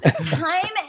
time